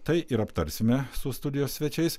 tai ir aptarsime su studijos svečiais